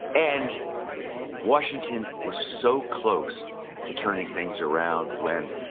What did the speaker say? and washington was so close to turning things around when,